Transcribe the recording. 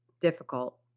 difficult